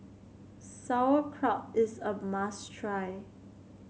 sauerkraut is a must try